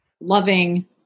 loving